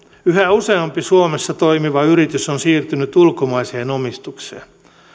yhä useampi suomessa toimiva yritys on siirtynyt ulkomaiseen omistukseen